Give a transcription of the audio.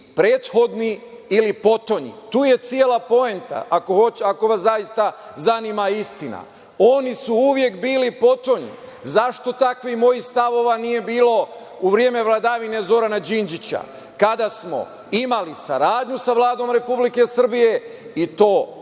prethodni ili potonji. Tu je cela poena, ako vas zaista zanima istina. Oni su uvek bili potonji. Zašto takvih mojih stavova nije bilo u vreme vladavine Zorana Đinđića, kada smo imali saradnju sa Vladom Republike Srbije, i to